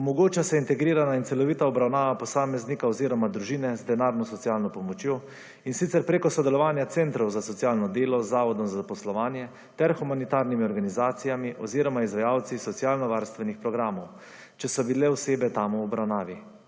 Omogoča se integrirana in celovita obravnava posameznika oziroma družine z denarno socialno pomočjo in sicer preko sodelovanja centrov za socialno delo z Zavodom za zaposlovanje ter humanitarnimi organizacijami oziroma izvajalci socialno-varstvenih programov, če so bile osebe tam v obravnavi.